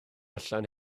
allan